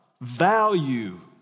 value